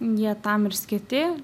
jie tam ir skirti